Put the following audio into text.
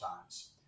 times